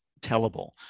tellable